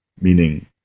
meaning